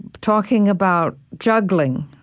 talking about juggling,